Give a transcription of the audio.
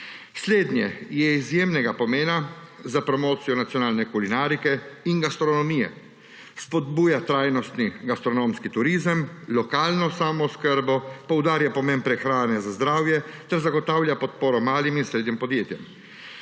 Slednje je izjemnega pomena za promocijo nacionalne kulinarike in gastronomije. Spodbuja trajnostni gastronomski turizem, lokalno samooskrbo, poudarja pomen prehrane za zdravje ter zagotavlja podporo malim in srednjim podjetjem.